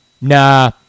nah